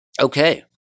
Okay